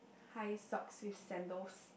high socks with sandals